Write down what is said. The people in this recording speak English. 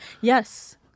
Yes